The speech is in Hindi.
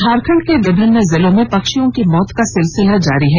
झारखंड के विभिन्न जिलों में पक्षियों की मौत का सिलसिला जारी है